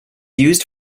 used